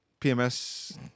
PMS